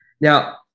Now